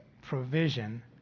provision